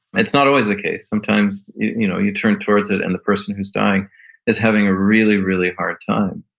it's not always the case. sometimes you know you turn towards it and the person who's dying is having a really, really hard time,